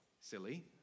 silly